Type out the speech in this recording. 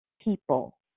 people